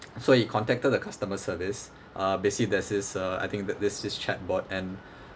so he contacted the customer service uh basically there's this uh I think the~ there's this this chat bot and